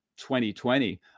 2020